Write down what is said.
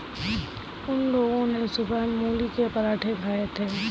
उन लोगो ने सुबह मूली के पराठे खाए थे